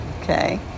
okay